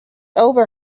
over